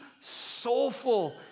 soulful